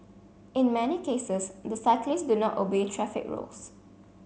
in many cases the cyclists do not obey traffic rules